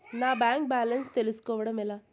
నా bank balance తెలుస్కోవడం ఎలా?